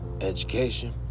Education